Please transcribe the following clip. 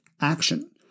action